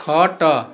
ଖଟ